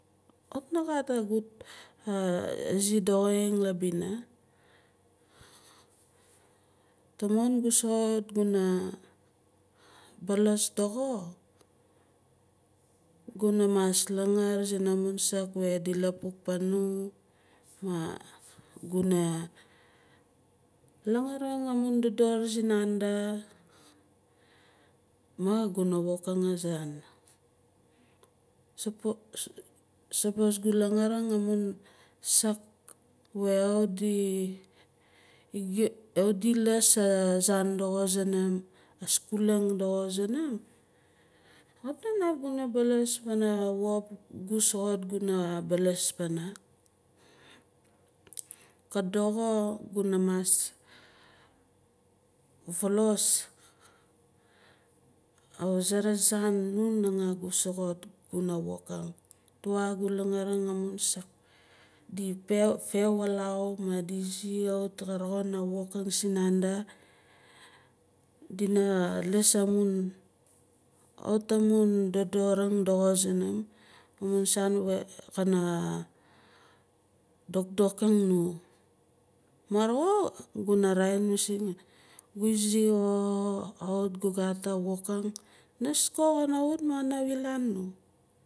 Kawit na gat aizing doxo labina tamon gu soxot guna balaas doxo guna mas langaar pana amun saak di lapuk panu maah guna langaaring amun dodor sinanda maah guna wokang azaan sapos gu langaaring amun saak wer kawit di kawit di liis azaan doxo sunum skuling doxo sunum kawit gu naaf guna baalas wop gu soxot guna baalas pana. Ka doxo guna wokang tuaa gu langaaring amun saakdi fehwalau maahdi zi kawit ka roxin a woking sinanda dina liis amun kawit amun dodoring doxo sunum amun saan we kana dokdokang nu maar xo guna raa- in masing gu izi xo kawit gu gat a wokang nis ko kana wut maah kana wilaan nu.